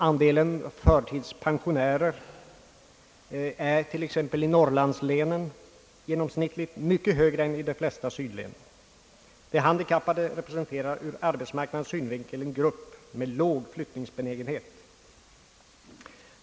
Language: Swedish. Andelen förtidspensionärer är t.ex. i norrlandslänen i genomsnitt mycket större än i de flesta sydlänen. De handikappade representerar ur arbetssynpunkt en grupp med låg flyttningsbenägenhet.